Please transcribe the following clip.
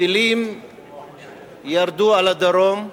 טילים ירדו על הדרום,